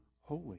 holy